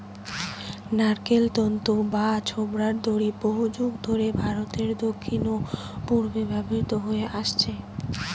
নারকোল তন্তু বা ছোবড়ার দড়ি বহুযুগ ধরে ভারতের দক্ষিণ ও পূর্বে ব্যবহৃত হয়ে আসছে